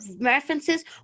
references